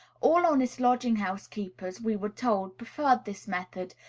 all honest lodging-house keepers, we were told, preferred this method,